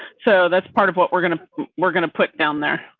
so that's part of what we're going we're going to put down there.